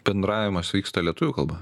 bendravimas vyksta lietuvių kalba